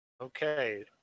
okay